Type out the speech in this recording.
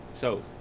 shows